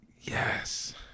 Yes